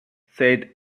said